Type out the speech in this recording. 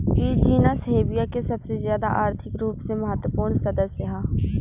इ genus Hevea के सबसे ज्यादा आर्थिक रूप से महत्वपूर्ण सदस्य ह